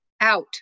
out